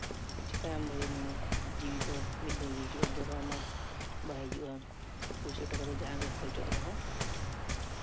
ᱪᱤᱠᱟᱹᱭᱟᱢ ᱵᱷᱟᱹᱭ ᱢᱟᱱᱮ ᱡᱤᱣᱤ ᱫᱚ ᱢᱤᱫ ᱫᱷᱟᱹᱣ ᱜᱮ ᱦᱤᱡᱩᱜᱼᱟ ᱫᱚᱦᱲᱟ ᱢᱟ ᱵᱟᱭ ᱦᱤᱡᱩᱜᱼᱟ ᱯᱚᱭᱥᱟ ᱴᱟᱠᱟ ᱫᱚ ᱡᱟᱦᱟᱸ ᱜᱮ ᱠᱷᱚᱨᱚᱪᱚᱜ ᱨᱮᱦᱚᱸ